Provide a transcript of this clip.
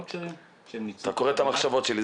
כשרים --- אתה קורא את המחשבות שלי.